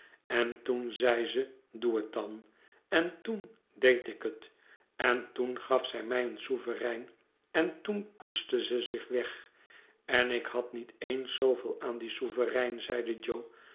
en toen zei ze doe het dan en toen deed ik het en toen gaf zij mij een souverein en toen poetste ze zich weg en ik had niet eens zooveel aan dien souverein zeide jo